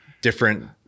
different